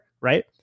right